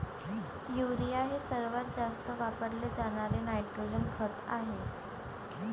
urea हे सर्वात जास्त वापरले जाणारे नायट्रोजन खत आहे